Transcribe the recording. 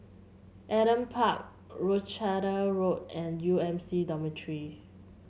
Adam Park Rochdale Road and U M C Dormitory